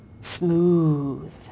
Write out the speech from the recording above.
smooth